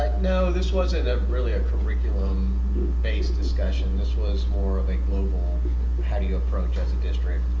like no this wasn't a really a curriculum based discussion. this was more of a global how do you approach as a district